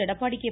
Edappadi K